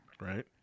Right